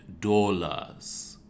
dollars